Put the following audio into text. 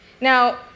Now